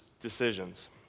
decisions